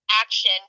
Action